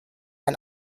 ein